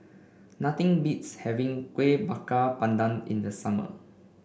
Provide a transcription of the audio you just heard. nothing beats having Kuih Bakar Pandan in the summer